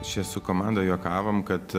čia su komanda juokavom kad